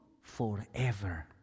forever